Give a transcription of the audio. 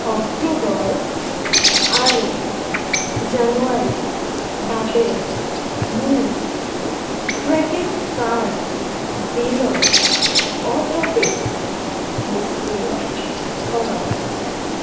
অক্টোবৰ আৰু জানুৱাৰীৰ বাবে মোৰ ক্ৰেডিট কাৰ্ড বিলৰ অটোপে' নিষ্ক্ৰিয় কৰক